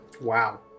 Wow